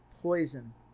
Poison